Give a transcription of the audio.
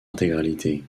intégralité